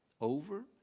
over